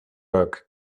like